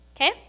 Okay